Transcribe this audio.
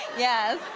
yes.